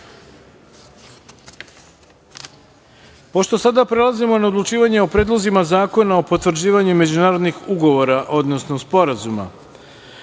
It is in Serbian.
sada prelazimo na odlučivanje o predlozima zakona o potvrđivanju međunarodnih ugovora, odnosno sporazuma,